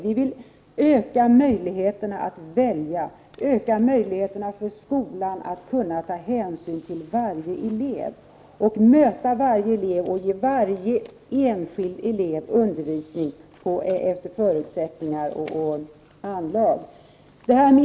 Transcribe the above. Vi vill öka möjligheterna att välja, öka möjligheterna för skolan att kunna ta hänsyn till varje elev, att möta varje elev och ge varje enskild elev undervisning efter dennes förutsättningar och anlag.